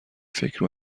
فکر